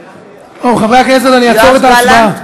חברי הכנסת, אני אעצור את ההצבעה.